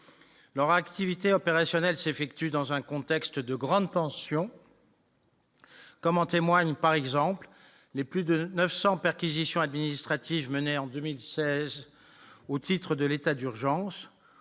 leur activité opérationnelle s'effectue dans un contexte de grande tension. Comme en témoigne par exemple le les plus de 900 perquisitions administratives menées en 2016 au titre de l'état d'urgence